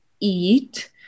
eat